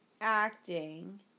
Acting